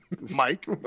Mike